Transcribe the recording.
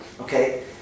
Okay